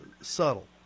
subtle